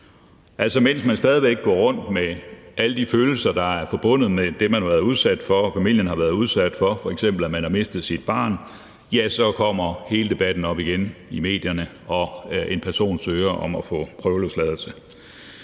Altså, mens man stadig væk går rundt med alle de følelser, der er forbundet med det, familien har været udsat for, f.eks. at man har mistet sit barn, så kommer hele debatten op igen i medierne, når en person søger om at få prøveløsladelse.